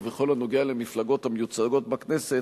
ובכל הנוגע למפלגות המיוצגות בכנסת,